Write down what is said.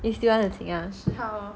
you still want to sing ah